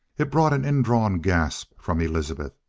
it brought an indrawn gasp from elizabeth.